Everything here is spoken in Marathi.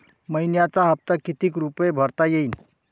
मइन्याचा हप्ता कितीक रुपये भरता येईल?